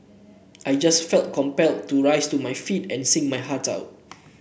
I just felt compelled to rise to my feet and sing my heart out